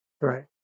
right